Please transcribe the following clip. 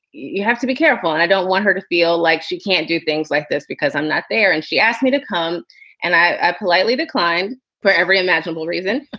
you have to be careful. and i don't want her to feel like she can't do things like this because i'm not there. and she asked me to come and i politely decline for every imaginable reason.